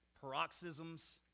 paroxysms